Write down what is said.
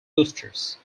boosters